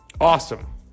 Awesome